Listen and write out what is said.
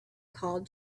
called